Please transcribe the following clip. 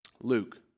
Luke